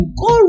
go